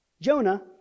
Jonah